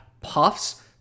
Puffs